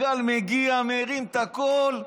הגל מגיע, מרים את הכול,